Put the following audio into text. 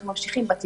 ואנו ממשיכים בטיפול,